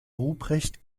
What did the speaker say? ruprecht